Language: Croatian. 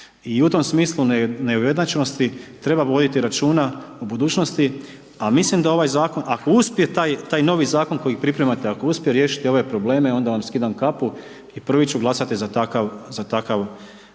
I u tom smislu neujednačenosti treba voditi računa u budućnosti a mislim da ovaj zakon, ako uspije taj novi zakon koji pripremate, ako uspije riješiti ove probleme onda vam skidam kapu i prvi ću glasati za takav zakon.